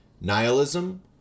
Nihilism